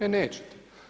E nećete.